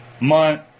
month